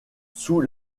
sous